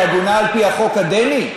היא עגונה על פי החוק הדני?